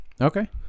Okay